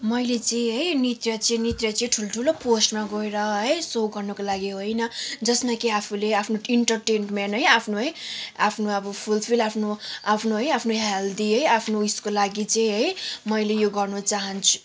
मैले चाहिँ है नृत्य चाहिँ नृत्य चाहिँ ठुल्ठुलो पोस्टमा गएर है सो गर्नको लागि होइन जसमा कि आफूले आफ्नो इन्टर्टेनमेन्ट है आफ्नो है आफ्नो अब फुलफिल आफ्नो आफ्नो है आफ्नो हेल्दी है आफ्नो उयसको लागि चाहिँ है मैले यो गर्न चाहन्छु